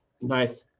Nice